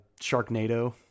sharknado